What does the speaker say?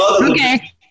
Okay